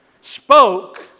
spoke